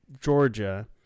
Georgia